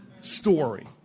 story